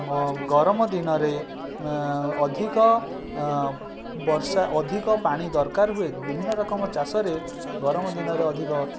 ମ ଗରମ ଦିନରେ ଅଧିକ ବର୍ଷା ଅଧିକ ପାଣି ଦରକାର ହୁଏ ବିଭିନ୍ନ ରକମ ଚାଷରେ ଗରମ ଦିନରେ ଅଧିକ